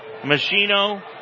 Machino